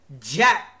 Jack